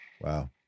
Wow